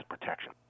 protection